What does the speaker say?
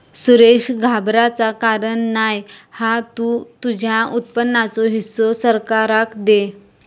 सुरेश घाबराचा कारण नाय हा तु तुझ्या उत्पन्नाचो हिस्सो सरकाराक दे